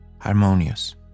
harmonious